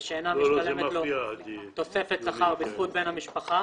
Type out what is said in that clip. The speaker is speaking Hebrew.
ושאינה משתלמת לו תוספת שכר בזכות בן משפחה."